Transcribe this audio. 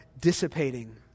dissipating